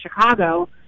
Chicago